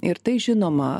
ir tai žinoma